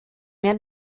mehr